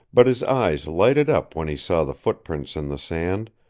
but his eyes lighted up when he saw the footprints in the sand,